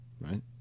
Right